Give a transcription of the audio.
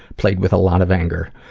played with a lot of anger.